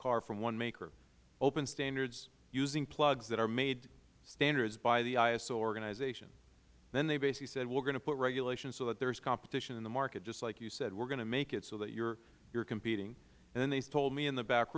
car from one maker open standards using plugs that are made standards by the iso organization then they basically said we are going to put regulations so that there is competition in the market just like you said we are going to make it so that you are competing and then they told me in the back